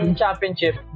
championship